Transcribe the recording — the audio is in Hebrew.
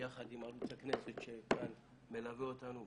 יחד עם ערוץ הכנסת שכאן מלווה אותנו,